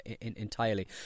entirely